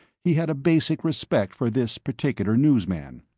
he had a basic respect for this particular newsman.